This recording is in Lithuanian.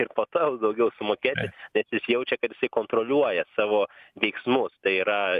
ir po to daugiau sumokėti nes jis jaučia kad kontroliuoja savo veiksmus tai yra